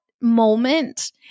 moment